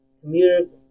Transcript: commuters